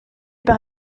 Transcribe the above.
par